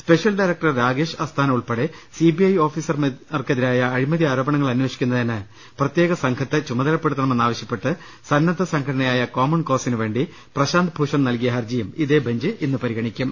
special director Rakesh Asthana ഉൾപ്പെടെ C B I ഓഫീസർമാർക്കെതിരായ അഴിമതി ആരോപണങ്ങൾ അന്വേഷിക്കു ന്നതിന് പ്രത്യേക സംഘത്തെ ചുമതലപ്പെടുത്തണമെന്നാവശ്യപ്പെട്ട് സന്നദ്ധ സംഘ ടനയായ കോമൺ കോസിനുവേണ്ടി പ്രശാന്ത് ഭൂഷൺ നൽകിയ ഹർജിയും ഇതേ ബഞ്ച് ഇന്ന് പരിഗണിക്കും